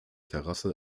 terrasse